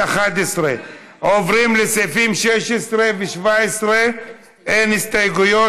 11. עוברים לסעיפים 16 ו-17, אין הסתייגויות.